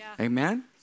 Amen